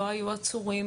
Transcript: לא היו עצורים.